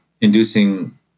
inducing